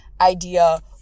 idea